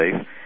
safe